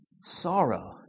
sorrow